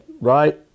right